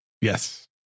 Yes